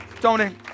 Tony